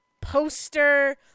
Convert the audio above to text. poster